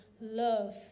love